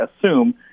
assume